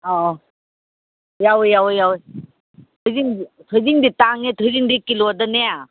ꯑꯥꯎ ꯌꯥꯎꯏ ꯌꯥꯎꯏ ꯌꯥꯎꯏ ꯊꯣꯏꯗꯤꯡꯗꯤ ꯇꯥꯡꯉꯦ ꯊꯣꯏꯗꯤꯡꯗꯤ ꯀꯤꯂꯣꯗꯅꯦ